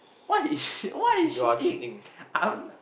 what is what is shitting I don't know